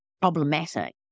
problematic